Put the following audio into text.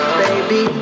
baby